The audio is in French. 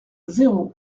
zéro